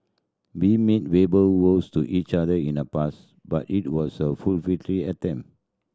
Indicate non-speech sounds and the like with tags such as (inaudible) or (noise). we made verbal vows to each other in the past but it was a (unintelligible) attempt